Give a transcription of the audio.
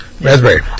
raspberry